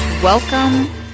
Welcome